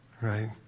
right